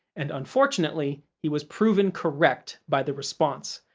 and unfortunately, he was proven correct by the response.